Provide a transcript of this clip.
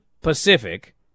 Pacific